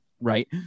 right